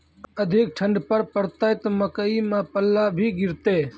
अधिक ठंड पर पड़तैत मकई मां पल्ला भी गिरते?